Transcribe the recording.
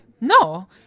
No